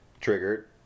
Triggered